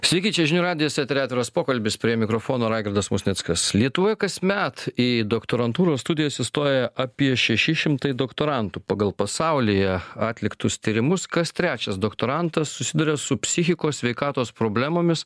sveiki čia žinių radijas eteryje atviras pokalbis prie mikrofono raigardas musnickas lietuvoje kasmet į doktorantūros studijas įstoja apie šeši šimtai doktorantų pagal pasaulyje atliktus tyrimus kas trečias doktorantas susiduria su psichikos sveikatos problemomis